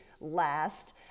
last